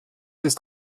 ist